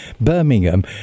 birmingham